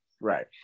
right